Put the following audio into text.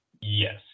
Yes